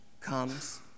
comes